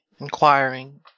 inquiring